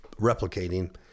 replicating